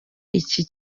iki